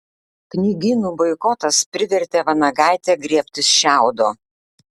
knygynų boikotas privertė vanagaitę griebtis šiaudo